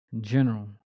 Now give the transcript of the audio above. general